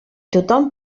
tothom